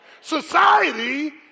Society